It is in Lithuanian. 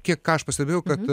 kiek ką aš pastebėjau kad